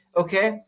Okay